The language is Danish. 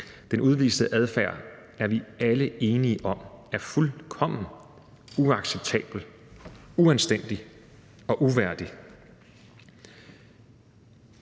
Den udviste adfærd er vi alle enige om er fuldkommen uacceptabel, uanstændig og uværdig.